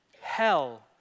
hell